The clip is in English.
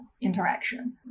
interaction